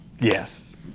Yes